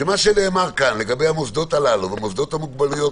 שמה שנאמר כאן לגבי המוסדות הללו והמוסדות למוגבלויות,